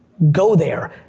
go there.